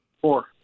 Four